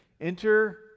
Enter